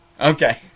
Okay